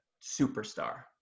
superstar